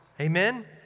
Amen